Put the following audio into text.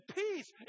peace